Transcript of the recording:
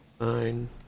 nine